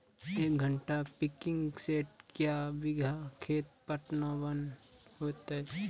एक घंटा pumping set क्या बीघा खेत पटवन है तो?